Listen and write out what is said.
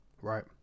right